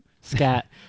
scat